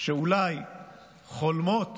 שאולי חולמות